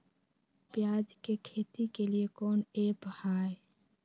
प्याज के खेती के लिए कौन ऐप हाय?